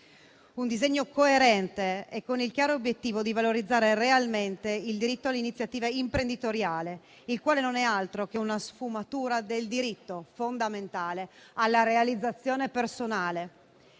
un disegno coerente e con il chiaro obiettivo di valorizzare realmente il diritto all'iniziativa imprenditoriale, il quale non è altro che una sfumatura del diritto fondamentale alla realizzazione personale.